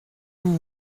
vous